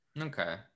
Okay